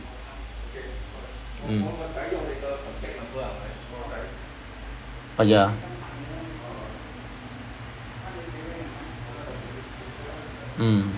mm !aiya! mm